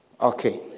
Okay